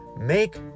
Make